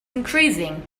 increasing